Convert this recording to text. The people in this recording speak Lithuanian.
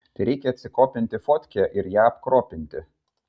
tereikia atsikopinti fotkę ir ją apkropinti